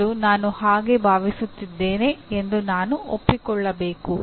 ಮೊದಲು ನಾನು ಹಾಗೆ ಭಾವಿಸುತ್ತಿದ್ದೇನೆ ಎಂದು ನಾನು ಒಪ್ಪಿಕೊಳ್ಳಬೇಕು